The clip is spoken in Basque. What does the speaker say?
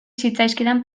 zitzaizkidan